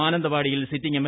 മാനന്തവാടിയിൽ sitting M